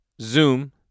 Zoom